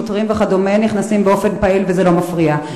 שוטרים וכדומה נכנסים באופן פעיל וזה לא מפריע.